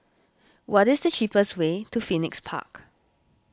what is the cheapest way to Phoenix Park